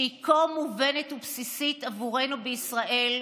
שהיא כה מובנת ובסיסית עבורנו בישראל,